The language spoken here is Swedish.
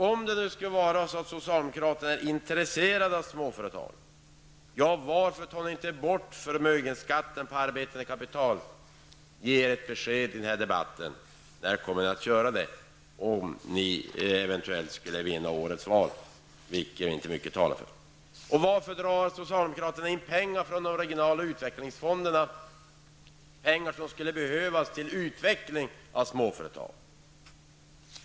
Om nu socialdemokraterna skulle vara intresserade av småföretagen, varför tar ni då inte bort förmögenhetsskatten på arbetande kapital? Ge ett besked i den här debatten! Om ni eventuellt skulle vinna årets val -- vilket inte mycket talar för -- när kommer ni i så fall att genomföra detta? Varför drar socialdemokraterna in pengar från de regionala utvecklingsfonderna, pengar som skulle behövas till utveckling av småföretag?